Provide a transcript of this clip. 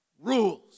rules